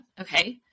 okay